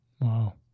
Wow